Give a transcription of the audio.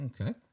Okay